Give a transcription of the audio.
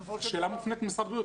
שאלה שמופנית למשרד הבריאות.